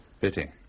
Pity